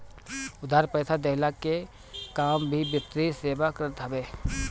उधार पईसा देहला के काम भी वित्तीय सेवा करत हवे